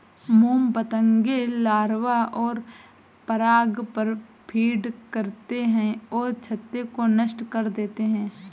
मोम पतंगे लार्वा और पराग पर फ़ीड करते हैं और छत्ते को नष्ट कर देते हैं